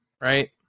right